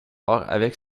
avec